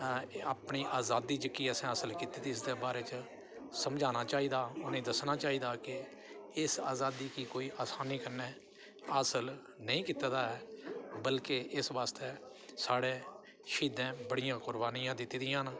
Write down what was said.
अपनी अज़ादी जेह्की असें हासल कीती दी इसदे बारे च उ'नेंगी समझाना चाहिदा उ'नेंगी दस्सना चाहिदा कि इस अज़ादी गी कोई असानी कन्नै हासल नेईं कीता दा ऐ बल्के इस बास्तै साढ़े श्हीदें बड़ियां कुरबानियां दित्ती दियां न